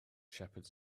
shepherds